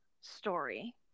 story